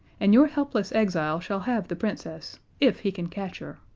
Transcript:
and your helpless exile shall have the princess if he can catch her.